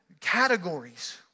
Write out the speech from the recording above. categories